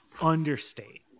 understate